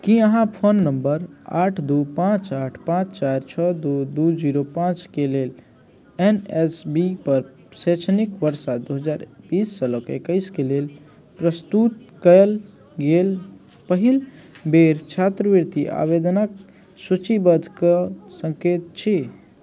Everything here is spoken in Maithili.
कि अहाँ फोन नम्बर आठ दू पाँच आठ पाँच चारि छओ दुइ दुइ जीरो पाँचके लेल एन एस बी पर शैक्षणिक वर्ष दुइ हजार बीससँ लऽ कऽ एकैसके लेल प्रस्तुत कएल गेल पहिल बेर छात्रवृत्ति आवेदनके सूचीबद्ध कऽ सकै छी